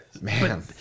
Man